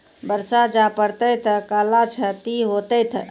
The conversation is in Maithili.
बरसा जा पढ़ते थे कला क्षति हेतै है?